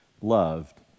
loved